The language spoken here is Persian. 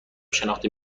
شناخته